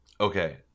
okay